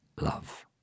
love